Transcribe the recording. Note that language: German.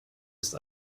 ist